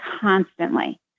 constantly